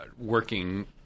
working